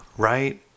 right